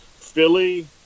Philly